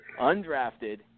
undrafted